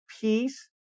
peace